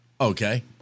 Okay